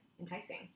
enticing